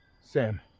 Sam